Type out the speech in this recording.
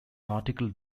article